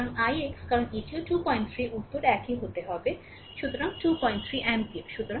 সুতরাং ix কারণ এটিও 23 উত্তর একই হতে হবে সুতরাং 23 অ্যাম্পিয়ার